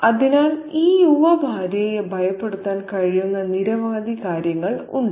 അതിനാൽ ഈ യുവഭാര്യയെ ഭയപ്പെടുത്താൻ കഴിയുന്ന നിരവധി കാര്യങ്ങൾ ഉണ്ട്